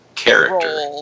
Character